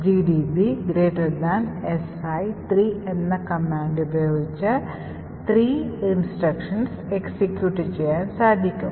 gdb si 3 എന്ന command ഉപയോഗിച്ച് 3 നിർദ്ദേശങ്ങൾ എക്സിക്യൂട്ട്ചെയ്യാൻ സാധിക്കും